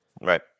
Right